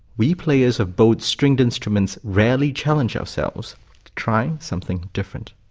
we players of bowed stringed instruments rarely challenge ourselves try something different.